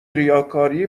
ریاکاری